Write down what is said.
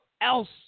else